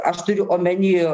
aš turiu omeny